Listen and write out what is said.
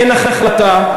אין החלטה,